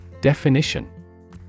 Definition